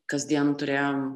kasdien turėjom